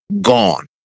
gone